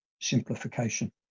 simplification